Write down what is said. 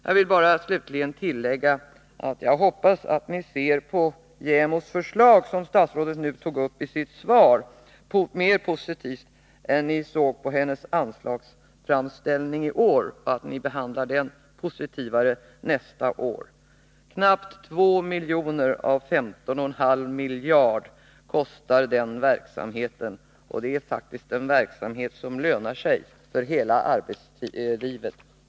Jag vill slutligen bara tillägga att jag hoppas att ni ser på JämO:s förslag, som statsrådet nu tog upp i sitt svar, mer positivt än ni såg på hennes anslagsframställning i år och att ni behandlar den positivare nästa år. Knappt 2 milj.kr. av 15,5 miljarder kostar den verksamheten, och det är faktiskt en verksamhet som lönar sig för hela arbetslivet.